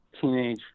teenage